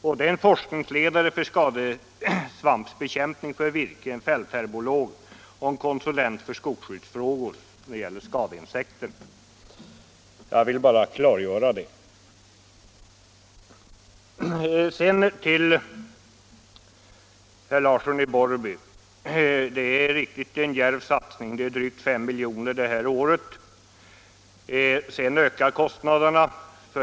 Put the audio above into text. Det gäller en forskningsledare för forskning rörande medel för bekämpning av virkesskadesvampar, en fältherbolog och en konsulent för skogsskyddsfrågor i vad gäller skadeinsekter. Till herr Larsson i Borrby vill jag säga att det mycket riktigt är fråga om en djärv satsning på skoglig forskning. Kostnaderna är drygt 5 milj.kr. budgetåret 1975/76.